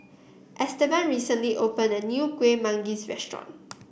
Estevan recently opened a new Kuih Manggis restaurant